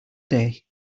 day